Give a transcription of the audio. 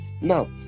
now